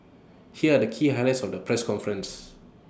here are the key highlights of the press conference